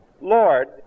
Lord